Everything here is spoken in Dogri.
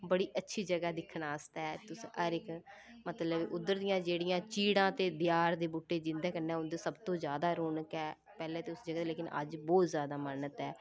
बड़ी अच्छी जगह् ऐ दिक्खन आस्तै तुस हर इक मतलब उद्धर दियां जेह्ड़ियां चीड़ां ते देआर दे बूहटे जिंदे कन्नै उंदे सबतू जादा रौनक ऐ पैह्ले तुस गेदे लेकिन अज्ज बौह्त ज्यादा मानत ऐ